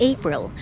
April